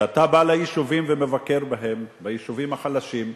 כשאתה בא ליישובים ומבקר בהם, ביישובים החלשים,